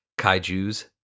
kaijus